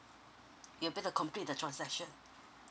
you'll be to complete the transaction